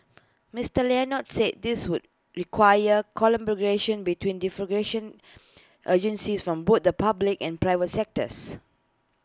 Mister Leonard said this would require collaboration between differ agencies from both the public and private sectors